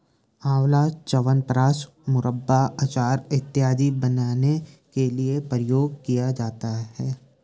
आंवला च्यवनप्राश, मुरब्बा, अचार इत्यादि बनाने के लिए प्रयोग किया जाता है